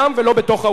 אדוני היושב-ראש,